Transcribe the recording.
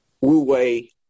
wu-wei